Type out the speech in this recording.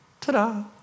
Ta-da